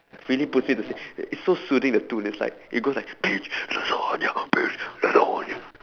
really puts me to sleep it's so soothing the tune it's like it goes like bitch lasagna bitch lasagna